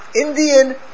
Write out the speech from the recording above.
Indian